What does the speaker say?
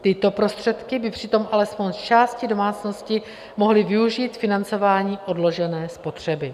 Tyto prostředky by přitom alespoň z části domácnosti mohly využít k financování odložené spotřeby.